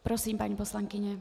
Prosím, paní poslankyně.